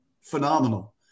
phenomenal